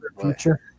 future